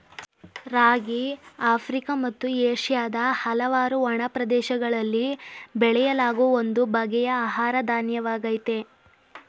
ರಾಗಿ Africa ಮತ್ತು ಏಷ್ಯಾದ ಹಲವಾರು ಒಣ ಪ್ರದೇಶಗಳಲ್ಲಿ ಬೆಳೆಯಲಾಗೋ ಒಂದು ಬಗೆಯ ಆಹಾರ ಧಾನ್ಯವಾಗಯ್ತೆ